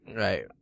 Right